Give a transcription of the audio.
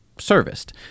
serviced